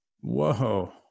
Whoa